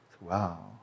Wow